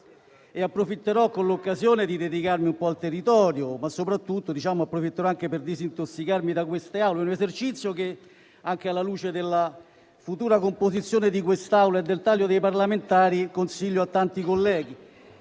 Ne approfitterò per dedicarmi un po' al territorio, ma soprattutto ne approfitterò per disintossicarmi da queste Aule: un esercizio che, anche alla luce della futura composizione di quest'Aula e del taglio dei parlamentari, consiglio a tanti colleghi.